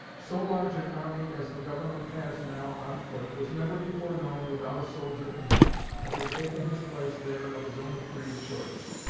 so large an army as the government has now on foot was never before known without a soldier in it but had taken his place there of his own free choice.